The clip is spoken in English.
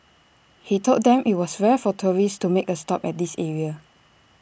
he told them that IT was rare for tourists to make A stop at this area